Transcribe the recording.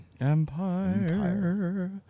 Empire